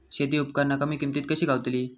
शेती उपकरणा कमी किमतीत कशी गावतली?